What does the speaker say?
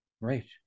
Right